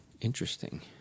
interesting